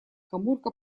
каморка